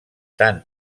tant